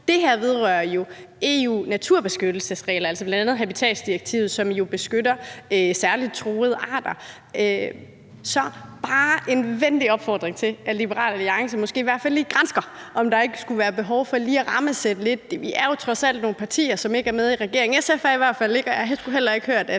Det her vedrører jo EU-naturbeskyttelsesregler, altså bl.a. habitatdirektivet, som jo beskytter særlig truede arter. Så det er bare en venlig opfordring til, at Liberal Alliance måske i hvert fald lige overvejer, om der ikke skulle være behov for lige at rammesætte det lidt. Vi er jo trods alt nogle partier, som ikke er med i regeringen. SF er i hvert fald ikke, og det har jeg heller ikke hørt at